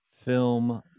film